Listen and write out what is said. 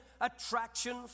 attraction